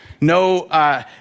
no